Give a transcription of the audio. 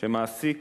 שמעסיק